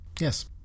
Yes